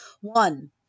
One